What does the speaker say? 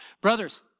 brothers